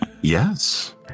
Yes